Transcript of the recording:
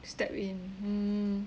step in mm